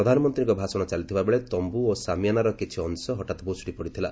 ପ୍ରଧାନମନ୍ତ୍ରୀଙ୍କ ଭାଷଣ ଚାଲିଥିବାବେଳେ ତମ୍ଭୁ ଓ ସାମିଆନାର କିଛି ଅଂଶ ହଠାତ୍ ଭୁଶୁଡ଼ି ପଡ଼ିଥିଲା